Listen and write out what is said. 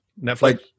netflix